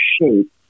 shape